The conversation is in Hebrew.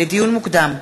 לדיון מוקדם: